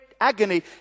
agony